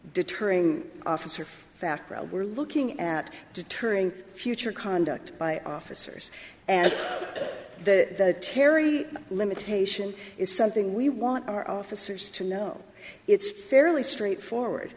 deterring officer fact we're looking at deterring future conduct by officers and that terry limitation is something we want our officers to know it's fairly straightforward